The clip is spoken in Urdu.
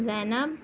زینب